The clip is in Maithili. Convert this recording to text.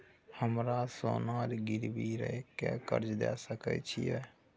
हमरा सोना गिरवी रखय के कर्ज दै सकै छिए?